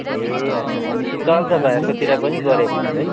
ए अच्छा भनेपछि चल्छ भाइहरूको तिर पनि गऱ्यो भने चाहिँ